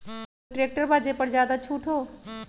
कोइ ट्रैक्टर बा जे पर ज्यादा छूट हो?